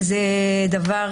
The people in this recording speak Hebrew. וזה דבר